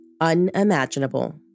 unimaginable